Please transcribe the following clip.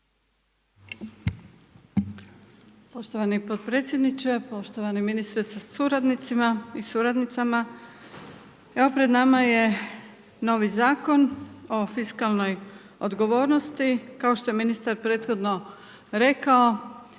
Poštovani potpredsjedniče, poštovani ministre sa suradnicima i suradnicama. Evo pred nama je novi zakon o fiskalnoj odgovornosti, kao što je ministar prethodno rekao